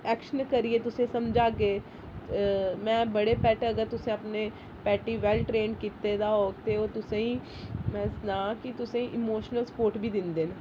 action करियै तुसेंगी समझागे मैं बड़े पैट अगर तुसें अपने पैटी वेल्ल ट्रेन कीते दा होग ते ओह् तुसेंगी मैं सनां कि तुसें गी इमोशनल सपोट बी दिंदे न